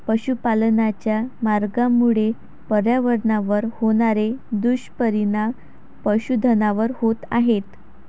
पशुपालनाच्या मार्गामुळे पर्यावरणावर होणारे दुष्परिणाम पशुधनावर होत आहेत